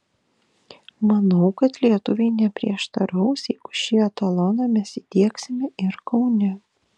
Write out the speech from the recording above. manau kad lietuviai neprieštaraus jeigu šį etaloną mes įdiegsime ir kaune